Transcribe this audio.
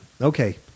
Okay